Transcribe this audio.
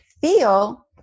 feel